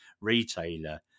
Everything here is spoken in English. retailer